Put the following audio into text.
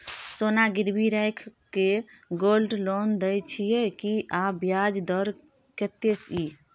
सोना गिरवी रैख के गोल्ड लोन दै छियै की, आ ब्याज दर कत्ते इ?